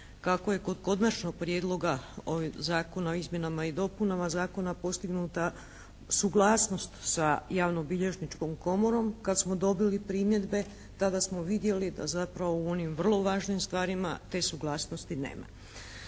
kako je kod Konačnog prijedloga zakona o izmjenama i dopunama Zakona postignuta suglasnost sa Javno-bilježničkom komorom, kad smo dobili primjedbe, tada smo vidjeli da zapravo u onim vrlo važnim stvarima te suglasnosti nema.